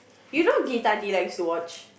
you know this like they like to watch